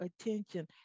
attention